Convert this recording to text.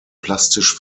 plastisch